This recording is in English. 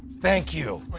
thank you,